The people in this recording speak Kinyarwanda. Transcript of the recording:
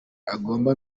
agomba